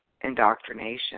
indoctrination